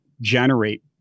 generate